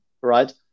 right